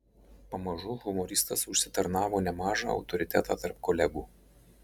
pamažu humoristas užsitarnavo nemažą autoritetą tarp kolegų